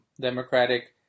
democratic